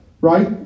Right